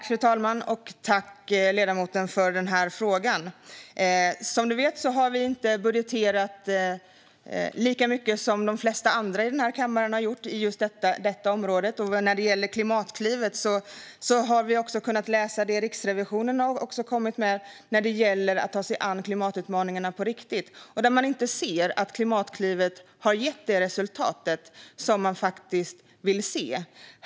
Fru talman! Tack för frågan, ledamoten! Som du vet har vi inte budgeterat lika mycket som de flesta andra i denna kammare har gjort på detta område. När det gäller Klimatklivet har vi läst det som Riksrevisionen har kommit med gällande att ta sig an klimatutmaningarna på riktigt. Man ser inte att Klimatklivet har gett det resultat man vill se.